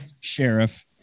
sheriff